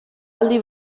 aldi